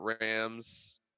Rams